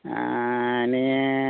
ᱱᱤᱭᱟᱹ